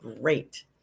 great